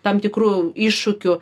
tam tikrų iššūkių